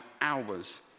hours